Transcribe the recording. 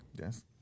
Yes